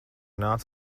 nāc